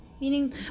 Meaning